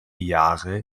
jahre